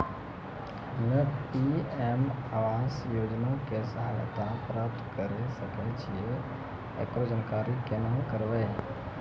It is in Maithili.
हम्मे पी.एम आवास योजना के सहायता प्राप्त करें सकय छियै, एकरो जानकारी केना करबै?